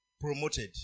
promoted